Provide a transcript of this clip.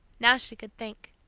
now, she could think!